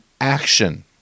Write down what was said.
action